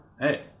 Hey